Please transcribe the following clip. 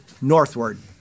northward